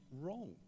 wrong